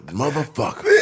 motherfucker